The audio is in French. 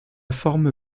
forme